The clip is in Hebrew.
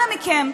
אנא מכם,